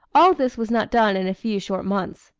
all this was not done in a few short months.